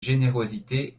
générosité